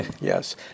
Yes